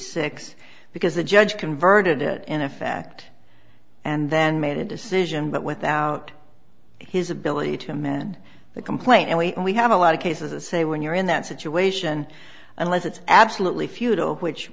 six because the judge converted it in a fact and then made a decision but without his ability to man the complaint and we only have a lot of cases say when you're in that situation unless it's absolutely futile which